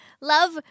love